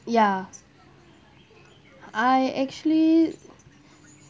ya I actually